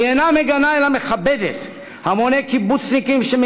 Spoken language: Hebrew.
היא אינה מגנה אלא מכבדת המוני קיבוצניקים חדורי